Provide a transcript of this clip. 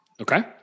Okay